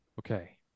okay